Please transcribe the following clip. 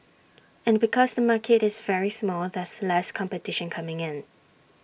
and because the market is very small there's less competition coming in